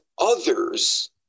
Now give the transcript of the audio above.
others